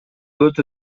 өтө